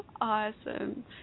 Awesome